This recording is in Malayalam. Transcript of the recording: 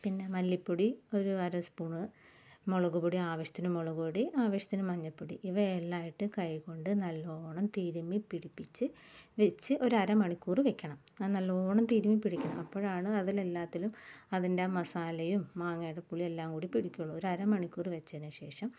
പിന്നെ മല്ലിപ്പൊടി ഒരു അര സ്പൂണ് മുളക് പൊടി ആവശ്യത്തിന് മുളക് പൊടി ആവശ്യത്തിന് മഞ്ഞൾ പൊടി ഇവയെല്ലാം ഇട്ട് കൈകൊണ്ട് നല്ലോണം തിരുമ്മി പിടിപ്പിച്ച് വെച്ച് ഒരു അരമണിക്കൂറ് വെക്കണം നല്ലോണം തിരുമ്മി പിടിക്കണം അപ്പോഴാണ് അതില് എല്ലാത്തിലും അതിന്റെ ആ മസാലയും മാങ്ങയുടെ പുളിയെല്ലാം കൂടി പിടിക്കുക ഉള്ളു ഒരു അരമണിക്കൂറ് വെച്ചതിനു ശേഷം